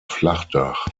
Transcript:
flachdach